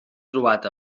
trobat